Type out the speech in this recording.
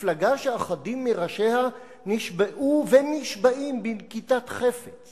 מפלגה שאחדים מראשיה נשבעו ונשבעים בנקיטת חפץ